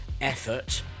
Effort